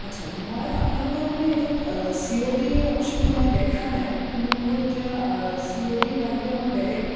আচ্ছা মই আপোনালোকৰ মানে এইটোত চি অ' ডি অপচনটো মই দেখা নাই কিন্তু মোৰ এতিয়া চি অ' ডিৰ বাহিৰে মই বেলেগ